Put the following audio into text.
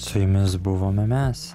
su jumis buvome mes